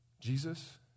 Jesus